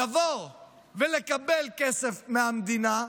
לבוא ולקבל כסף מהמדינה,